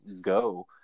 go